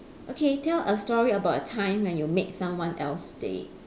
okay tell a story about a time when you made someone else day